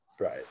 Right